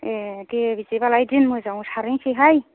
ए दे बिदिबालाय दिन मोजांआव सारहैनोसैहाय